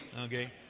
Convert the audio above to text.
Okay